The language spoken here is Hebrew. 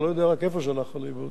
אתה לא יודע רק איפה זה הלך לאיבוד.